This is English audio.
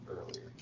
earlier